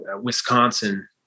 Wisconsin